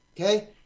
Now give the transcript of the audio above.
Okay